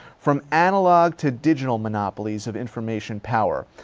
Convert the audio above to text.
from analog to digital monopolies of information power.